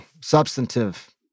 substantive